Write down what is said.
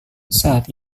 saat